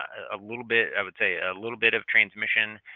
ah a little bit, i would say, a little bit of transmission,